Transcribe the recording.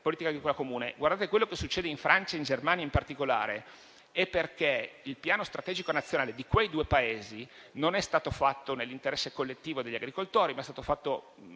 Politica agricola comune. Quello che succede in Francia e in Germania, in particolare, avviene perché il piano strategico nazionale di quei due Paesi non è stato fatto nell'interesse collettivo degli agricoltori, ma in un modo